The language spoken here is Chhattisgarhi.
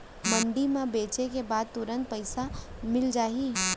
मंडी म बेचे के बाद तुरंत पइसा मिलिस जाही?